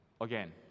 Again